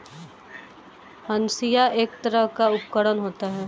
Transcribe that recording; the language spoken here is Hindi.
हंसिआ एक तरह का उपकरण होता है